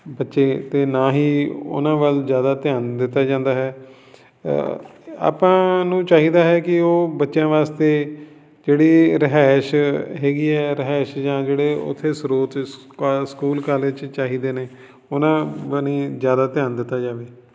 ਬੱਚੇ ਅਤੇ ਨਾ ਹੀ ਉਹਨਾਂ ਵੱਲ ਜ਼ਿਆਦਾ ਧਿਆਨ ਦਿੱਤਾ ਜਾਂਦਾ ਹੈ ਆਪਾਂ ਨੂੰ ਚਾਹੀਦਾ ਹੈ ਕਿ ਉਹ ਬੱਚਿਆਂ ਵਾਸਤੇ ਜਿਹੜੀ ਰਿਹਾਇਸ਼ ਹੈਗੀ ਹੈ ਰਿਹਾਇਸ਼ ਜਾਂ ਜਿਹੜੇ ਉਥੇ ਸਰੋਤ ਸ ਕਾ ਸਕੂਲ ਕਾਲਜ 'ਚ ਚਾਹੀਦੇ ਨੇ ਉਹਨਾਂ ਬਨੀ ਜ਼ਿਆਦਾ ਧਿਆਨ ਦਿੱਤਾ ਜਾਵੇ